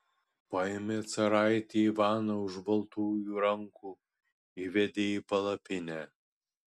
paėmė caraitį ivaną už baltųjų rankų įvedė į palapinę